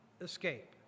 escape